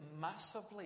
massively